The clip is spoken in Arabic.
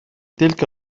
تلك